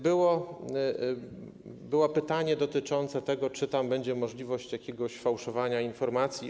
Było pytanie dotyczące tego, czy tam będzie możliwość jakiegoś fałszowania informacji.